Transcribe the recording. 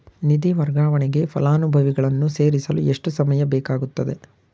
ನಿಧಿ ವರ್ಗಾವಣೆಗೆ ಫಲಾನುಭವಿಗಳನ್ನು ಸೇರಿಸಲು ಎಷ್ಟು ಸಮಯ ಬೇಕಾಗುತ್ತದೆ?